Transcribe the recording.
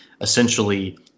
essentially